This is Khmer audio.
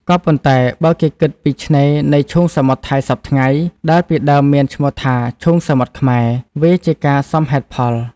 ក៏ប៉ុន្តែបើគេគិតពីឆ្នេរនៃឈូងសមុទ្រថៃសព្វថ្ងៃ ដែលពីដើមមាន ឈ្មោះថា ឈូងសមុទ្រខ្មែរ វាជាការសមហេតុផល។